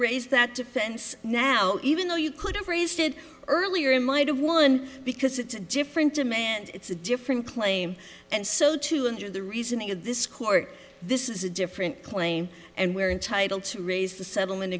raise that defense now even though you could have raised it earlier in light of one because it's a different demand it's a different claim and so to injure the reasoning of this court this is a different claim and we're entitle to raise the settlement